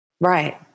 Right